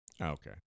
Okay